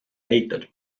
leitud